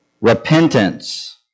repentance